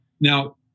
now